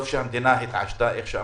טוב שהמדינה התעשתה, כמו שאמרתי,